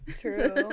true